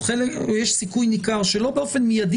או יש סיכוי ניכר שלא באופן מיידי,